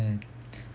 mm